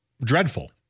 dreadful